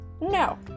No